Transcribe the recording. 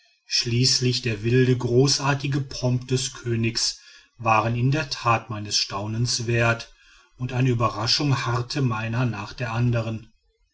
schließlich der wilde großartige pomp des königs waren in der tat meines staunens wert und eine überraschung harrte meiner nach der andern